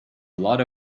lot